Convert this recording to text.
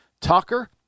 Tucker –